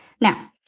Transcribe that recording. Now